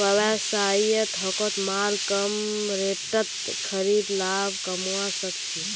व्यवसायी थोकत माल कम रेटत खरीदे लाभ कमवा सक छी